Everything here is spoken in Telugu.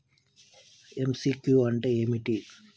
ఎమ్.సి.క్యూ అంటే ఏమిటి?